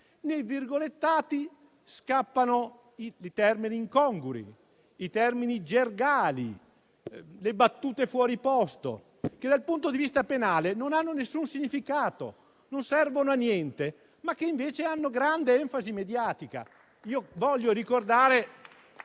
nei virgolettati scappano i termini incongrui, i termini gergali, le battute fuori posto che, dal punto di vista penale, non hanno nessun significato, non servono a niente, ma che invece hanno grande enfasi mediatica. Voglio ricordare